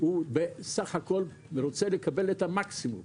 הוא סך הכול רוצה לקבל את המקסימום,